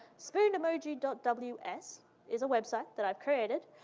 spoon emoji dot ws is a website that i've created.